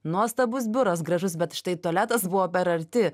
nuostabus biuras gražus bet štai tualetas buvo per arti